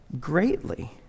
Greatly